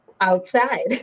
outside